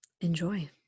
Enjoy